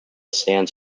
stands